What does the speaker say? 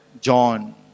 John